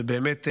ובאמת,